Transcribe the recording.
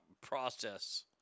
process